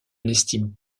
n’estime